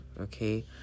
okay